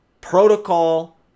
protocol